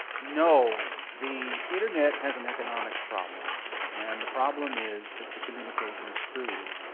no. the internet has an economics problem, and the problem is that the communication is free.